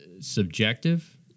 subjective